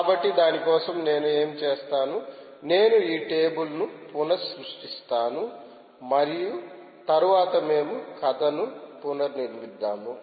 కాబట్టి దాని కోసం నేను ఏమి చేస్తాను నేను ఈ టేబుల్ ను పునసృష్టిస్తాను మరియు తరువాత మేము కథను పునర్నిర్మిద్దాము